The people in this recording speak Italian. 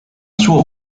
suo